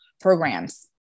programs